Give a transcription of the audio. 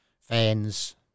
fans